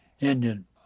Indian